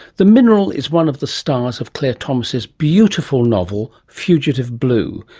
the mineral is one of the stars of claire thomas' beautiful novel fugitive blue,